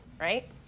right